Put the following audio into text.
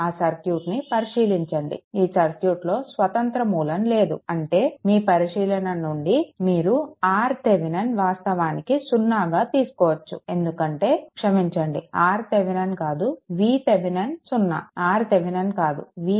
ఆ సర్క్యూట్ని పరిశీలించండి ఈ సర్క్యూట్లో స్వతంత్ర మూలం లేదు అంటే మీ పరిశీలన నుండి మీరు RThevenin వాస్తవానికి 0గా తీసుకోవచ్చు ఎందుకంటే క్షమించండి RThevenin కాదు VThevenin 0 RThevenin కాదు VThevenin 0